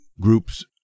groups